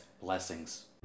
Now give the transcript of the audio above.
Blessings